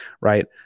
right